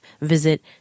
visit